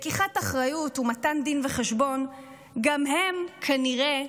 לקיחת אחריות ומתן דין וחשבון גם הם כנראה